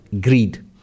Greed